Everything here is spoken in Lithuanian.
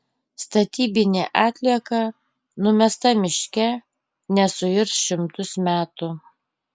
statybinė atlieka numesta miške nesuirs šimtus metų